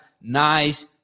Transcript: nice